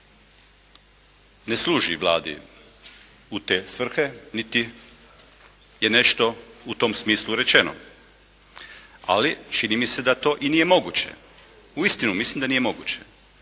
ne služi Vladi u te svrhe niti je nešto u tom smislu rečeno, ali čini mi se da to i nije moguće. Uistinu mislim da nije moguće.